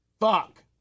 Fuck